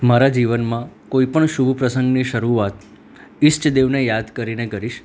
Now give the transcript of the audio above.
મારા જીવનમાં કોઈપણ શુભ પ્રસંગની શરૂઆત ઇષ્ટદેવને યાદ કરીને કરીશ